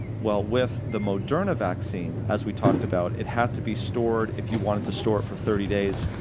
well, with the moderna vaccine, as we talked about, it had to be stored, if you wanted to store it for thirty days,